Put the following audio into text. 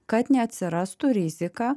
kad neatsirastų rizika